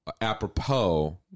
apropos